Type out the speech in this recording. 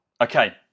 okay